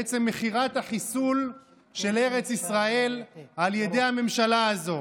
בעצם מכירת החיסול של ארץ ישראל על ידי הממשלה הזאת.